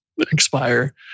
expire